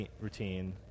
routine